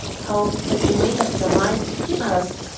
how have you made up your mind, he asked,